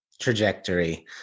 trajectory